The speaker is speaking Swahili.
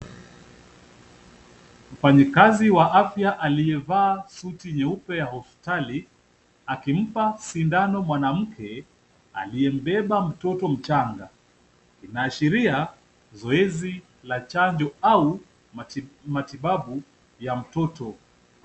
Mfanyikazi wa afya aliyevaa suti nyeupe ya hospitali akimpa sindano mwanamke aliyembeba mtoto mchanga. Inaashiria zoezi la chanjo au matibabu ya mtoto.